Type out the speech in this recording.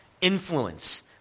influence